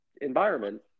environment